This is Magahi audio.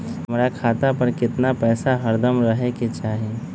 हमरा खाता पर केतना पैसा हरदम रहे के चाहि?